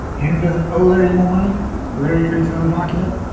henry doesn't owe larry more money larry creates another document